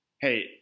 hey